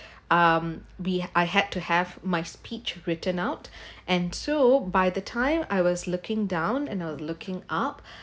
um we I had to have my speech written out and so by the time I was looking down and I will looking up